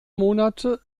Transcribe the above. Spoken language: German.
monate